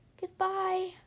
Goodbye